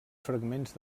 fragments